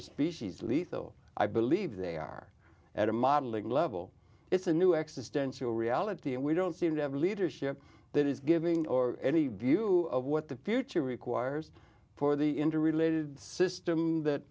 are species lethal i believe they are at a modeling level it's a new accidential reality and we don't seem to have a leadership that is giving or any view of what the future requires for the interrelated system that